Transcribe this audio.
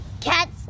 Cats